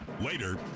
Later